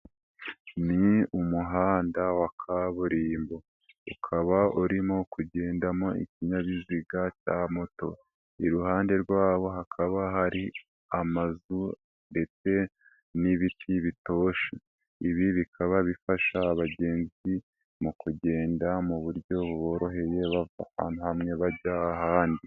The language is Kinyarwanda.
Ni umuhanda wa kaburimbo, ukaba urimo kugendamo ikinyabiziga cya moto, iruhande rwabo hakaba hari amazu ndetse n'ibiti bitoshe, ibi bikaba bifasha abagenzi mu kugenda mu buryo buboroheye bava ahantu hamwe bajya ahandi.